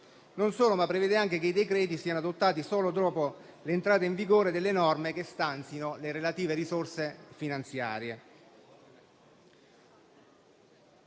Esso prevede inoltre che i decreti siano adottati solo dopo l'entrata in vigore delle norme che stanziano le relative risorse finanziarie.